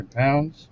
pounds